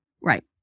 Right